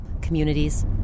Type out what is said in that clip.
communities